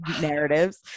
narratives